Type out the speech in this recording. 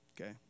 okay